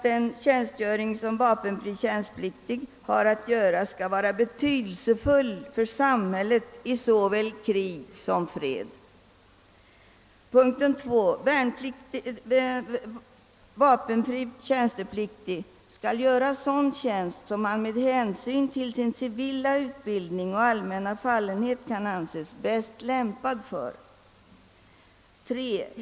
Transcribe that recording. Den tjänstgöring vapenfri tjänstepliktig har att göra skall vara betydelsefull för samhället i såväl krig som fred. 2. Vtp skall göra sådan tjänst som han med hänsyn till sin civila utbildning och allmänna fallenhet kan anses bäst lämpad för. 3.